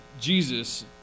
Jesus